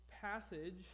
passage